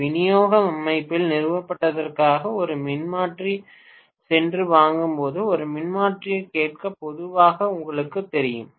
ஒரு விநியோக அமைப்பில் நிறுவப்பட்டதற்காக ஒரு மின்மாற்றி சென்று வாங்கும்போது ஒரு மின்மாற்றியைக் கேட்க பொதுவாக உங்களுக்குத் தெரியும்